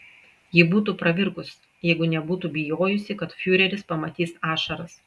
ji būtų pravirkus jeigu nebūtų bijojusi kad fiureris pamatys ašaras